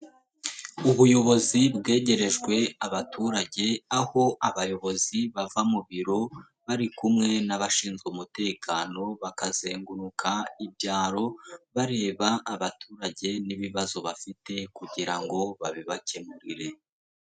Ubuyobozi bwegerejwe abaturage aho abayobozi bava mu biro bari kumwe n'abashinzwe umutekano bakazenguruka ibyaro bareba abaturage n'ibibazo bafite kugira ngo babibakemurire.